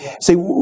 See